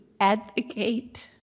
advocate